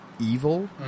evil